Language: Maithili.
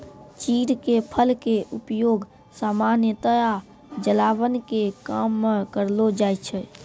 चीड़ के फल के उपयोग सामान्यतया जलावन के काम मॅ करलो जाय छै